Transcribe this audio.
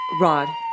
Rod